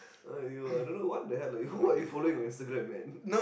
!aiyo! I don't know what the hell are you who are you following on Instagram man